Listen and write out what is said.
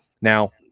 Now